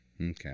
okay